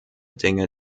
dinge